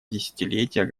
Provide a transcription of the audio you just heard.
десятилетия